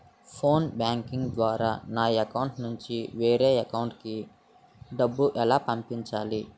Phone banking ద్వారా నా account నుంచి వేరే అకౌంట్ లోకి డబ్బులు ఎలా పంపించాలి?